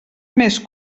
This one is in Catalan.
més